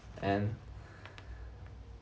and